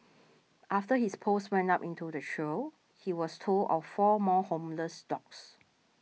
after his post went up into the trio he was told of four more homeless dogs